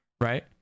right